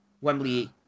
Wembley